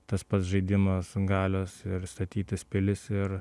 tas pats žaidimas galios ir statytis pilis ir